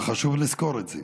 וחשוב לזכור את זה.